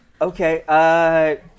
Okay